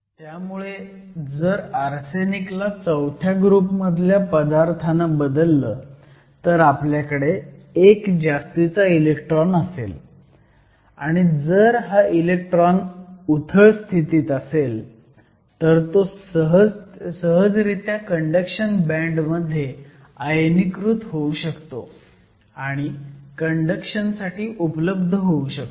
त्यामुळे जर आर्सेनिकला चौथ्या ग्रुपमधल्या पदार्थाने बदललं तर आपल्याकडे एक जास्तीचा इलेक्ट्रॉन असेल आणि जर हा इलेक्ट्रॉन उथळ स्थिती असेल तर तो सहजरित्या कंडक्शन बँड मध्ये आयनीकृत होऊ शकतो आणि कंडक्शन साठी उपलब्ध होऊ शकतो